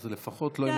אז לפחות לא עם הטלפון.